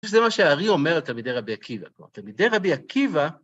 זה מה שהארי אומר על תלמידי רבי עקיבא. תלמידי רבי עקיבא...